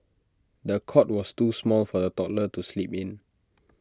the cot was too small for the toddler to sleep in